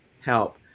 help